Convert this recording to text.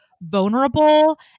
vulnerable